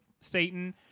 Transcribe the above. Satan